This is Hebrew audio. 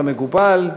כמקובל.